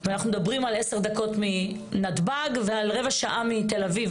אנחנו מדברים על עשר דקות מנמל התעופה ועל רבע שעה מתל אביב,